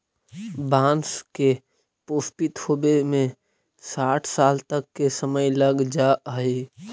बाँस के पुष्पित होवे में साठ साल तक के समय लग जा हइ